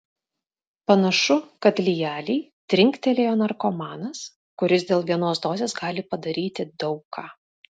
panašu kad lialiai trinktelėjo narkomanas kuris dėl vienos dozės gali padaryti daug ką